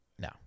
no